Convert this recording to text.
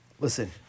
Listen